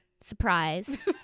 surprise